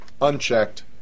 unchecked